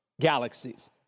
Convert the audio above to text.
galaxies